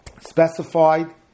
specified